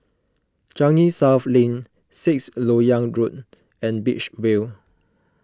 Changi South Lane Sixth Lok Yang Road and Beach View